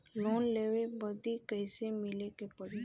Loan लेवे बदी कैसे मिले के पड़ी?